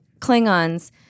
Klingons